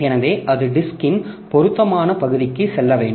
எனவே அது டிஸ்க்ன் பொருத்தமான பகுதிக்கு செல்ல வேண்டும்